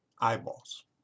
eyeballs